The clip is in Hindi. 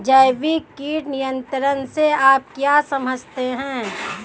जैविक कीट नियंत्रण से आप क्या समझते हैं?